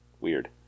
Weird